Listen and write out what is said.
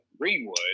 Greenwood